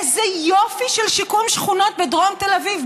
איזה יופי של שיקום שכונות בדרום תל אביב.